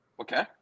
Okay